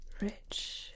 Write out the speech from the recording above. rich